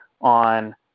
on